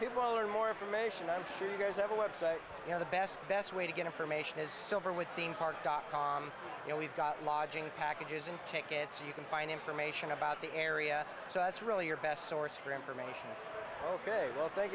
are more information i'm sure you guys have a website you know the best best way to get information is so over with theme park dot com you know we've got lodging packages and tickets you can find information about the area so it's really your best source for information ok well thank